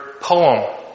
poem